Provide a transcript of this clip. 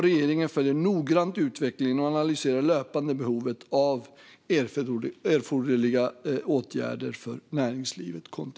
Regeringen följer noggrant utvecklingen och analyserar löpande behovet av erforderliga åtgärder för näringslivet.